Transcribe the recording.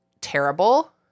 terrible